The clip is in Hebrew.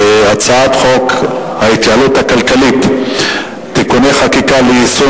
הצעת חוק ההתייעלות הכלכלית (תיקוני חקיקה ליישום